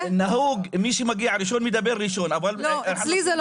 ושר האוצר דורש היום להמשיך את ההקפאה הזאת עד ל-2026.